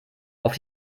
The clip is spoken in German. auf